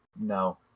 no